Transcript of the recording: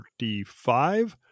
35